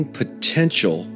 potential